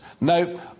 No